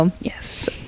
yes